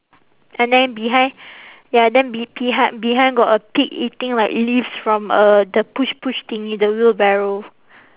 and then behind ya then be~ behind behind got a pig eating like leaves from uh the push push thingy the wheelbarrow